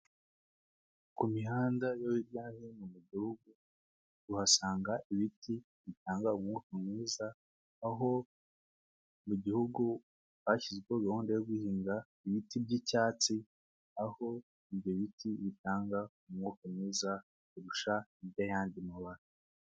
Ku mihanda hijya no hino mu gihugu uhasanga ibiti bitanga umwuka mwiza aho mu gihugu hashyizweho gahunda yo guhinga ibiti by'icyatsi aho ibyo biti bitanga umwuka mwiza kurusha iby'ayandidi mabara.